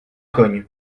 cogne